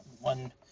one